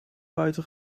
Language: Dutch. buiten